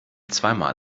zweimal